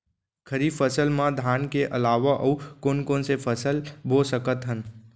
खरीफ फसल मा धान के अलावा अऊ कोन कोन से फसल बो सकत हन?